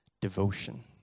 devotion